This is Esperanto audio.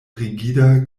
rigida